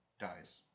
dies